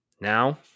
Now